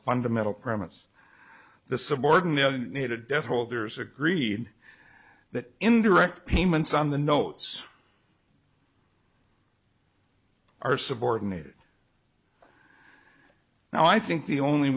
fundamental promise the subordinated debt holders agreed that indirect payments on the notes are subordinated now i think the only